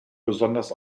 besonders